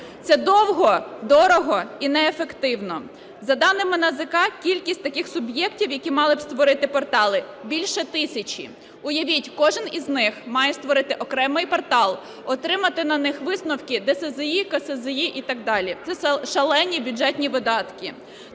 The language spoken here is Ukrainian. Це довго, дорого і неефективно. За даними НАЗК кількість таких суб'єктів, які б мали створити портали, – більше тисячі. Уявіть, кожен із них має створити окремий портал, отримати на них висновки ДСЗЗІ, КСЗІ і так далі, це шалені бюджетні видатки.